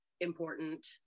important